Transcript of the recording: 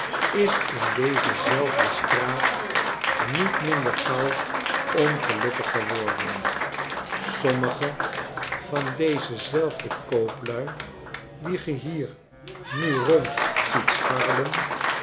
is in deze zelfde straat niet minder gauw ongelukkig geworden sommige van deze zelfde kooplui die ge hier nu rond ziet scharrelen